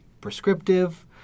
prescriptive